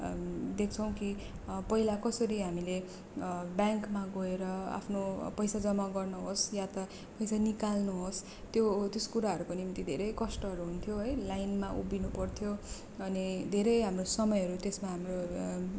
देख्छौँ कि पहिला कसरी हामीले ब्याङ्कमा गएर आफ्नो पैसा जम्मा गर्नु होस् या त पैसा निकाल्नु होस् त्यो त्यस कुराहरूको निम्ति धेरै कष्टहरू हुन्थ्यो है लाइनमा उभिनु पर्थ्यो अनि धेरै हाम्रो समयहरू त्यसमा हाम्नो